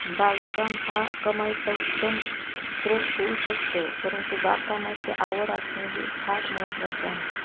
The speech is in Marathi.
बागकाम हा कमाईचा उत्तम स्त्रोत होऊ शकतो परंतु बागकामाची आवड असणे हे फार महत्त्वाचे आहे